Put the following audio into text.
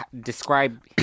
describe